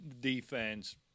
defense